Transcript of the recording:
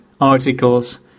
articles